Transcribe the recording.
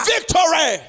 Victory